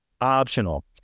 optional